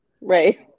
Right